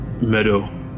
meadow